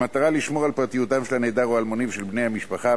במטרה לשמור על פרטיותם של הנעדר או האלמוני ושל בני משפחתו,